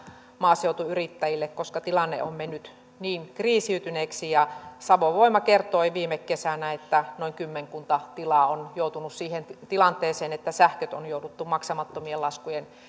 maatalousyrittäjille koska tilanne on mennyt niin kriisiytyneeksi ja savon voima kertoi viime kesänä että noin kymmenkunta tilaa on joutunut siihen tilanteeseen että sähköt on jouduttu maksamattomien laskujen